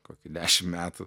kokį dešim metų